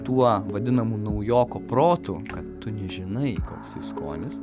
tuo vadinamu naujoko protu kad tu nežinai koks tai skonis